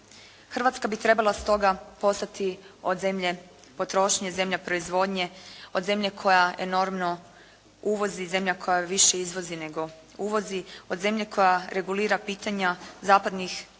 Hrvatska bi trebala stoga postati od zemlje potrošnje zemlja proizvodnje, od zemlje koja enormno uvozi, zemlja koja više izvozi nego uvozi, od zemlje koja regulira pitanja zapadnih moralno